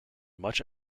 much